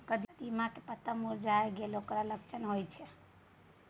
कदिम्मा के पत्ता मुरझाय लागल उ कि लक्षण होय छै?